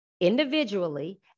individually